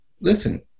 listen